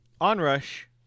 Onrush